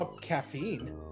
caffeine